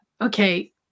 okay